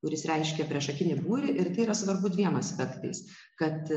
kuris reiškia priešakinį būrį ir tai yra svarbu dviem aspektais kad